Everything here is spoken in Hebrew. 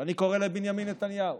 ואני קורא לבנימין נתניהו